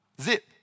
Zip